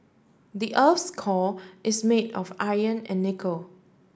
the earth's core is made of iron and nickel